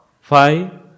five